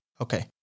Okay